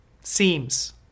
Seems